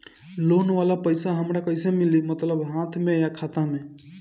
Loan वाला पैसा हमरा कइसे मिली मतलब हाथ में या खाता में?